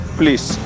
please